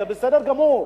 וזה בסדר גמור,